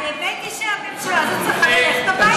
האמת היא שהממשלה הזאת צריכה ללכת הביתה.